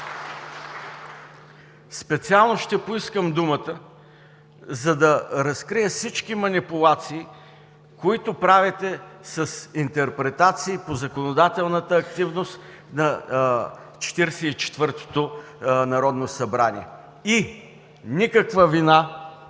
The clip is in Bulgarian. специално ще поискам думата, за да разкрия всички манипулации, които правите с интерпретации по законодателната активност на Четиридесет и четвъртото народно събрание. И никаква вина